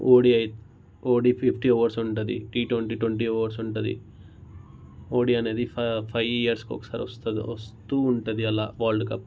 ODI ODI fifty overs ఉంటుంది T twenty twenty overs ఉంటుంది ODI అనేది ఫా ఫైవ్ ఇయర్స్కి ఒకసారి వస్తుంది వస్తూ ఉంటుంది అలా వరల్డ్ కప్